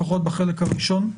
לפחות בחלק הראשון.